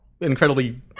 incredibly